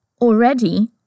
Already